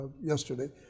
yesterday